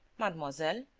mademoiselle.